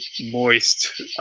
moist